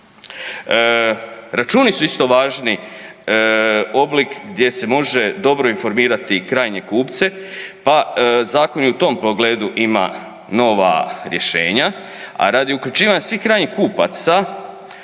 Računi su isto važni oblik gdje se može dobro informirati krajnje kupce pa zakon i u tom pogledu ima nova rješenja, a radi uključivanja svih krajnjih kupaca